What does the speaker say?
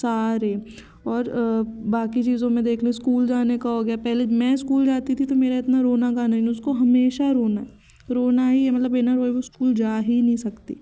सारे और बाकी चीज़ों में देख लो ईस्कूल जाने कहोगे पहले मैं ईस्कूल जाती थी तो मेरा इतना रोना गाना नहीं उसको हमेशा रोना है रोना ही है मतलब बिना रोये वो ईस्कूल जा ही नहीं सकती